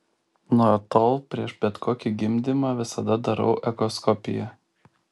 nuo tol prieš bet kokį gimdymą visada darau echoskopiją